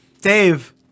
Dave